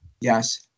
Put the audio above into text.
Yes